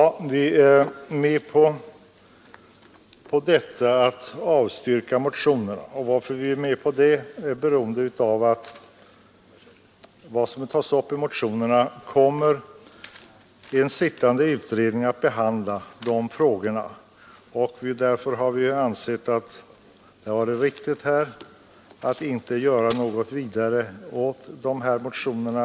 Vi böjer oss för att motionerna blir avstyrkta. Vad som tas upp i dem kommer att behandlas av en sittande utredning. Vi har därför ansett det vara riktigt att nu inte göra något åt motionerna.